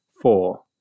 four